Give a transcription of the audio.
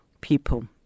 people